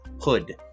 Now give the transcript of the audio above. hood